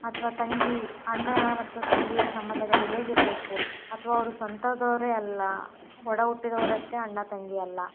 ಅಥವಾ ತಂಗಿ ಅಣ್ಣ ಮತ್ತು ತಂಗಿಯ ಸಂಬಂಧಗಳು ಹೇಗ್ ಇರಬೇಕು ಅಥವಾ ಅವರು ಸ್ವಂತದವರೇ ಅಲ್ಲ ಒಡಹುಟ್ಟಿದವರಷ್ಟೇ ಅಣ್ಣ ತಂಗಿ ಅಲ್ಲ